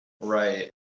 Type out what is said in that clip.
right